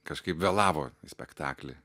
kažkaip vėlavo į spektaklį